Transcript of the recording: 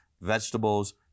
vegetables